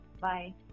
bye